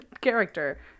Character